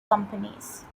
companies